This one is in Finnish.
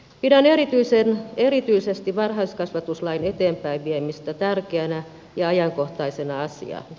pidän erityisesti varhaiskasvatuslain eteenpäin viemistä tärkeänä ja ajankohtaisena asiana